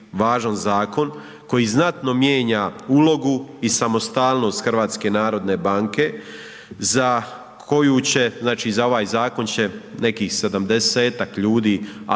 važan zakon koji znatno mijenja ulogu i samostalnost HNB-a za koju će, znači za ovaj zakon će nekih 70-ak ljudi